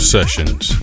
Sessions